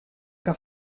que